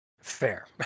Fair